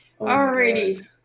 Alrighty